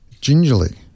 gingerly